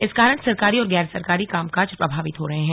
इस कारण सरकारी और गैर सरकारी कामकाज प्रभावित हो रहे हैं